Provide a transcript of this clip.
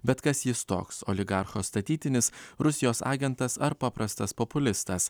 bet kas jis toks oligarcho statytinis rusijos agentas ar paprastas populistas